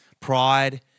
Pride